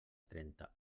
trenta